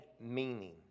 meaning